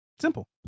Simple